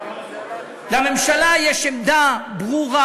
לממשלה יש עמדה ברורה: